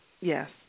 yes